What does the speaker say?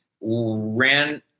ran